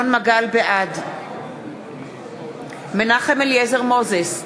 בעד מנחם אליעזר מוזס,